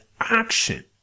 action